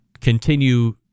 continue